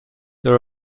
there